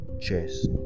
Cheers